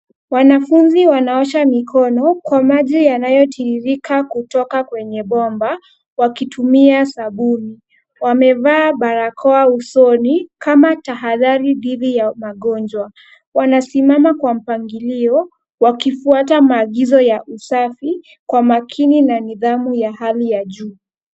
Wanafunzi wanaosha mikono kwa maji yanayotiririka kutoka kwenye bomba wakitumia sabuni. Wamevaa barakoa usoni kama tahadhari dhidi ya magonjwa. Wanasimama kwa mpangilio, wakifuata maagizo ya usafi kwa makini na nidhamu ya hali ya juu.